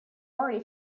already